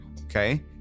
Okay